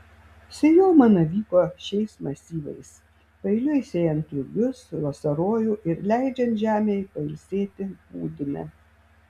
sėjomaina vyko šiais masyvais paeiliui sėjant rugius vasarojų ir leidžiant žemei pailsėti pūdyme